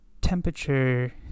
temperature